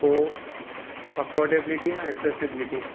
पोइ अफॉर्डेबिलिटी ऐं एक्सैसेबिलिटी